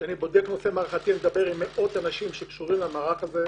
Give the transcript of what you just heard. כשאני בודק מערך אני מדבר עם מאות אנשים שקשורים למערך הזה.